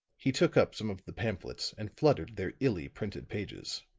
he took up some of the pamphlets and fluttered their illy-printed pages.